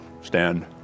stand